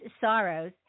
sorrows